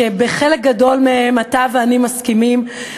שבחלק גדול מהם אתה ואני מסכימים,